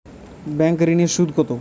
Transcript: Bank ঋন এর সুদ কত?